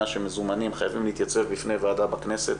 שמזומנים חייבים להתייצב בפני ועדה בכנסת.